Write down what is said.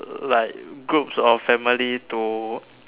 like groups or family to